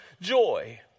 joy